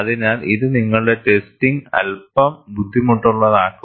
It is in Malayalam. അതിനാൽ ഇത് നിങ്ങളുടെ ടെസ്റ്റിംഗ് അൽപ്പം ബുദ്ധിമുട്ടുള്ളതാക്കും